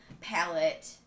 palette